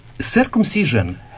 circumcision